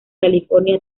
california